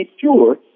sure